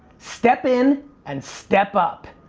step in, and step up.